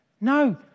No